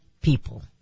people